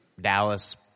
Dallas